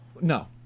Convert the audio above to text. No